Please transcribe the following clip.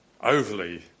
overly